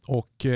och